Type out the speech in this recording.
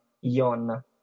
Yon